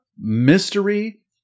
mystery